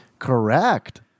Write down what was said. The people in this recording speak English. correct